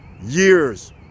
years